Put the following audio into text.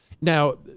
Now